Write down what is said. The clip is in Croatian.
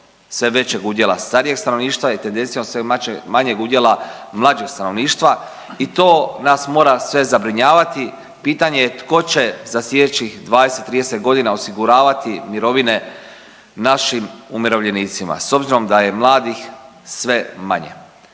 sve većeg udjela starijeg stanovništva i tendencijom sve manjeg udjela mlađeg stanovništva i to nas mora sve zabrinjavati. Pitanje je tko će za sljedećih 20, 30 godina osiguravati mirovine našim umirovljenicima s obzirom da je mladih sve manje.